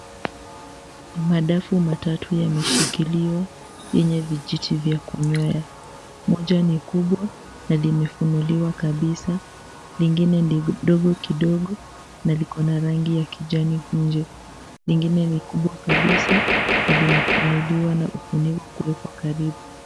Madafu matatu yameshikiliwa yenye vijiti vya kunywea, moja ni kubwa na limefunguliwa kabisa lengine ni dogo kidogo na liko rangi ya kijani nje, lengine ni kubwa kabisa na limefunguliwa na ufunio kuwekwa karibu.